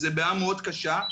זה בעיה מאוד קשה.